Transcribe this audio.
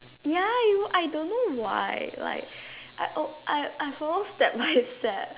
ya you know I don't know why like I I I follow step by step